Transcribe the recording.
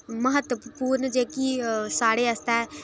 म्हत्तवपूर्ण जेह्की साढ़े आस्तै